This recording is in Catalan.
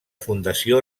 fundació